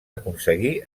aconseguir